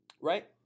Right